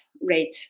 rate